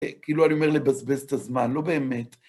כאילו, אני אומר לבזבז את הזמן, לא באמת.